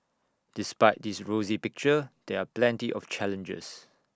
despite this rosy picture there are plenty of challenges